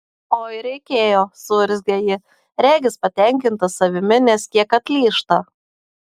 oi reikėjo suurzgia ji regis patenkinta savimi nes kiek atlyžta